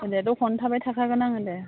दे दखानावनो थाबाय थाखागोन आङो दे